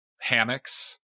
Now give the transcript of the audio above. hammocks